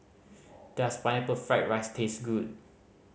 does Pineapple Fried rice taste good